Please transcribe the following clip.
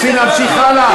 רוצים להמשיך הלאה?